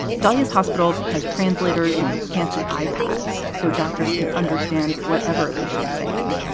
dallas hospital has translators and fancy ipods so doctors can understand whatever a patient's saying,